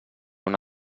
una